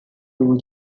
two